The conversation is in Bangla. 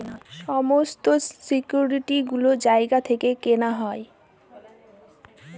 সমস্ত সিকিউরিটি গুলো জায়গা থেকে কেনা হয়